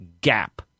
gap